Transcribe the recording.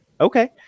Okay